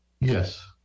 yes